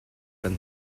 kan